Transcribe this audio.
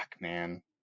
man